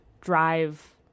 drive